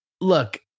look